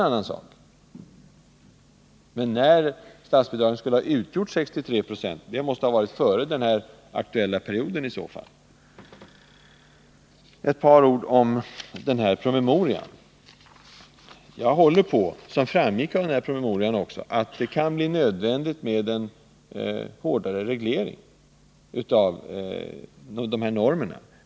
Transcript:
Man kan möjligen ha sagt, att man väntade sig att det skulle bli 63 26. Men det är en annan sak. Ett par ord om promemorian. Som framgick av det stycke jag citerade håller jag på att det kan bli nödvändigt med en hårdare reglering av normerna.